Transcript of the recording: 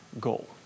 goal